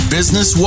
Business